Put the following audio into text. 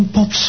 Pop